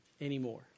anymore